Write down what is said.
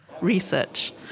research